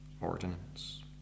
ordinance